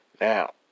Now